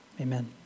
Amen